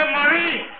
Marie